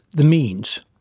the means.